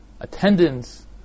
attendance